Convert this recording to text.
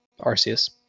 Arceus